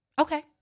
Okay